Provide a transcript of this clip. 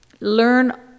learn